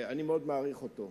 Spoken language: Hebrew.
אני מאוד מעריך אותו.